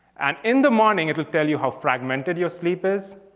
and in the morning it'll tell you how fragmented your sleep is,